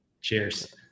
cheers